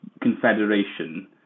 confederation